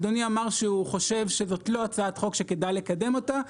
אדוני אמר שהוא חושב שזאת לא הצעת חוק שכדאי לקדם אותה,